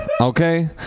okay